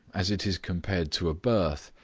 as it is compared to a birth,